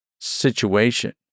situation